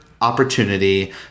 opportunity